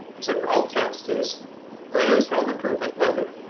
so their alt text is lowe's home improvement logo.